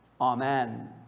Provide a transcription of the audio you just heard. Amen